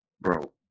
bro